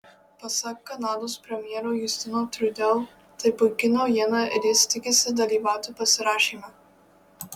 pasak kanados premjero justino trudeau tai puiki naujiena ir jis tikisi dalyvauti pasirašyme